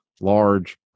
large